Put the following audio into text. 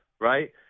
right